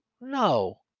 no